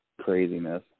craziness